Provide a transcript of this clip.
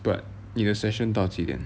but 你的 session 到几点